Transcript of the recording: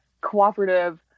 cooperative